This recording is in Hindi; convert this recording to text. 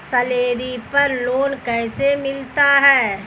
सैलरी पर लोन कैसे मिलता है?